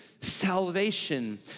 salvation